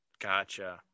gotcha